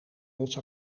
ons